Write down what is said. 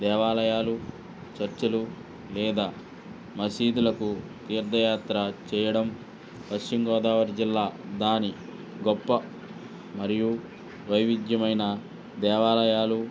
దేవాలయాలు చర్చ్లు లేదా మసీదులకు తీర్థయాత్ర చేయడం పశ్చిమగోదావరి జిల్లా దాని గొప్ప మరియు వైవిధ్యమైన దేవాలయాలు